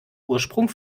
ursprung